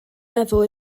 meddwl